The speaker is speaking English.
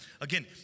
Again